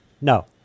No